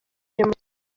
kibuga